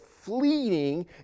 fleeting